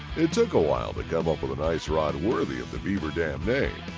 it took a while to come up with an ice rod worthy of the beaver dam name.